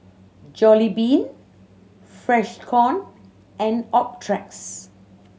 Jollibean Freshkon and Optrex